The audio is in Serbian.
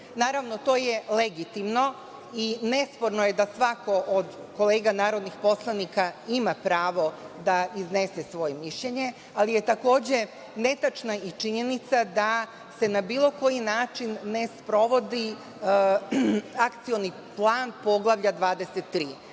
to je legitimno i nesporno je da svako od kolega narodnih poslanika ima pravo da iznese svoje mišljenje, ali je takođe netačna i činjenica da se na bilo koji način ne sprovodi akcioni plan Poglavlja 23.